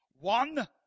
One